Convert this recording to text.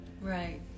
Right